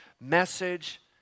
message